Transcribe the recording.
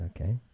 Okay